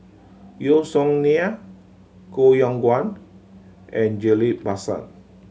Yeo Song Nian Koh Yong Guan and Ghillie Basan